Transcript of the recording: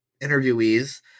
interviewees